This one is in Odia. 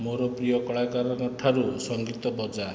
ମୋର ପ୍ରିୟ କଳାକାରଙ୍କଠାରୁ ସଙ୍ଗୀତ ବଜା